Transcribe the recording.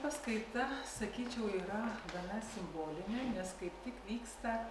paskaita sakyčiau yra gana simbolinė nes kaip tik vyksta